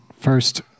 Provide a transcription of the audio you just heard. first